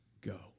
Go